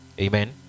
amen